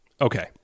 Okay